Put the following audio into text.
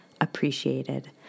appreciated